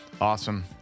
Awesome